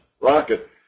rocket